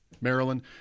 Maryland